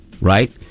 right